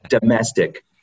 domestic